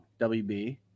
WB